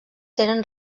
tenen